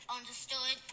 Understood